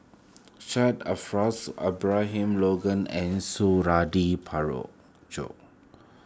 Syed Abraham Logan and Suradi